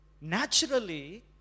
Naturally